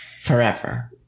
forever